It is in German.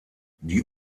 die